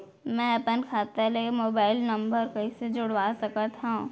मैं अपन खाता ले मोबाइल नम्बर कइसे जोड़वा सकत हव?